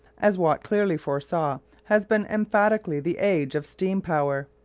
as watt clearly foresaw, has been emphatically the age of steam power.